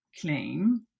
claim